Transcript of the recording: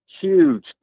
huge